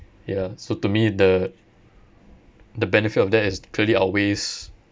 ya so to me the the benefit of that is clearly outweighs